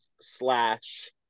slash